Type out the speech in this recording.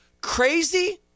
Crazy